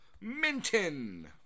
Minton